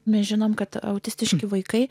mes žinome kad autistiški vaikai